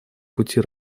пути